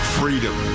freedom